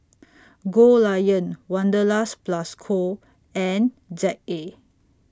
Goldlion Wanderlust Plus Co and Z A